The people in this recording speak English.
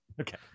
Okay